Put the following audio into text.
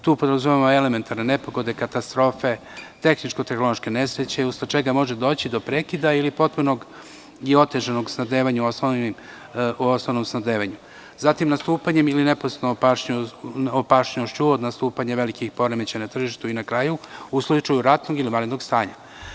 Tu podrazumevamo elementarne nepogode, katastrofe, tehničko-tehnološke nesreće, usled čega može doći do prekida ili potpunog i otežanog osnovnog snabdevanja; zatim nastupanje ili neposredna opasnost od nastupanja velikih poremećaja na tržištu i na kraju, u slučaju ratnog ili vanrednog stanja.